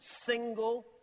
single